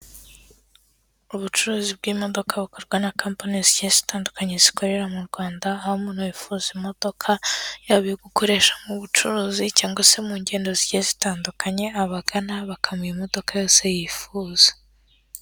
Ubucuruzi bw'imodoka bukorwa na kampani zigiye zitandukanye zikorera mu Rwanda, harimo n'uwifuza imodoka yaba iyo gukoresha mu bucuruzi cyangwa se mu ngendo zigiye zitandukanye, abagana bakamuha imodoka yose yifuza.